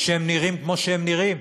שנראים כמו שהם נראים.